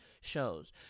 shows